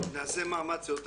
נעשה מאמץ להיות תמציתיים.